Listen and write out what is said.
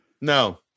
No